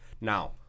Now